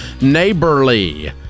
Neighborly